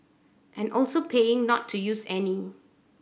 and also paying not to use any